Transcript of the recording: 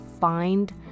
find